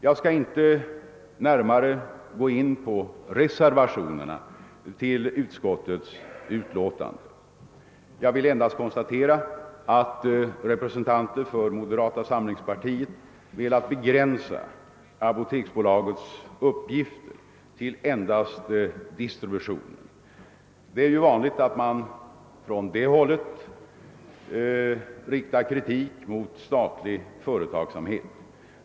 Jag skall inte närmare gå in på reservationerna till utskottets utlåtande. Jag vill endast konstatera att representater för moderata samlingspartiet velat begränsa apoteksbolagets uppgifter till endast distributionen. Det är ju vanligt att man från det hållet riktar kritik mot statlig företagsamhet.